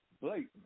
Blake